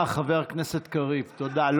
תודה, חבר הכנסת קריב, תודה.